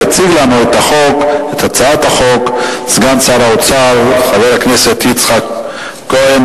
יציג את החוק סגן שר האוצר, חבר הכנסת יצחק כהן.